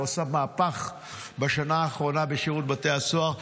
הוא עשה מהפך בשנה האחרונה בשירות בתי הסוהר.